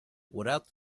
without